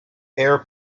air